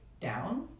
down